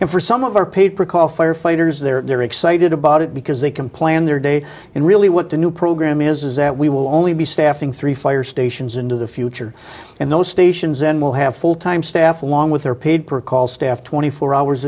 and for some of our paper call firefighters they're excited about it because they can plan their day and really what the new program is is that we will only be staffing three fire stations into the future and those stations then will have full time staff along with their paid per call staffed twenty four hours